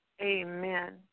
Amen